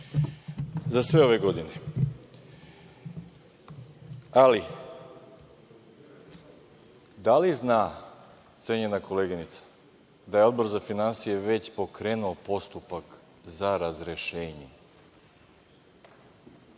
za sve ove godine. Ali, da li zna cenjena koleginica, da je Odbor za finansije već pokrenuo postupak za razrešenje.